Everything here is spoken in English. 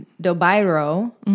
D'O'Bairo